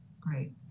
great